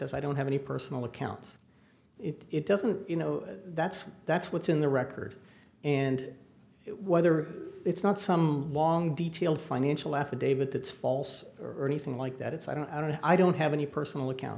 as i don't have any personal accounts it doesn't you know that's that's what's in the record and whether it's not some long detailed financial affidavit that's false or anything like that it's i don't i don't i don't have any personal account